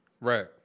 right